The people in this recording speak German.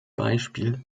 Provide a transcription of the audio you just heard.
beispiel